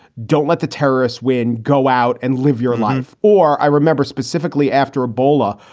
don't let the terrorists win. go out and live your life. or i remember specifically after ebola,